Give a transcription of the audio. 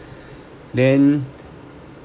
then